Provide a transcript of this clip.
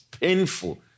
painful